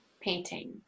painting